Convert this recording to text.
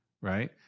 Right